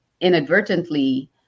inadvertently